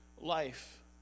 life